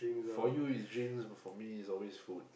for me is drink for me is always food